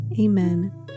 Amen